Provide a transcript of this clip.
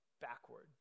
backward